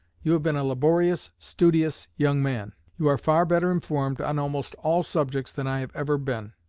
you have been a laborious, studious young man. you are far better informed on almost all subjects than i have ever been.